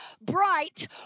bright